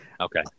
Okay